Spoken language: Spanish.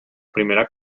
primera